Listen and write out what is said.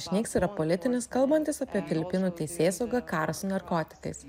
išnyks yra politinis kalbantis apie filipinų teisėsaugą karą su narkotikais